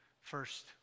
first